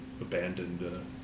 abandoned